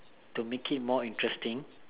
to make it more interesting